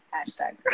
Hashtag